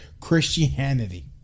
Christianity